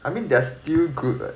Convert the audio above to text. I mean they're still good [what]